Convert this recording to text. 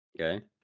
Okay